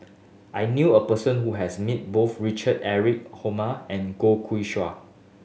I knew a person who has met both Richard Eric and Goh Ku